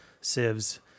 sieves